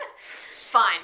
fine